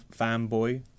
fanboy